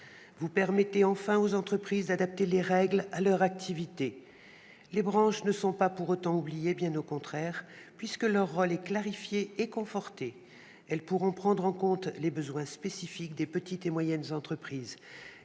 Vous permettez enfin aux entreprises d'adapter les règles à leur activité. Les branches ne sont pas pour autant oubliées, bien au contraire, puisque leur rôle est clarifié et conforté. Elles pourront prendre en compte les besoins spécifiques des petites et moyennes entreprises.